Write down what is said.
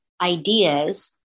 ideas